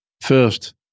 First